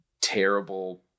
terrible